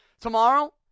tomorrow